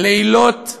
לילות כימים,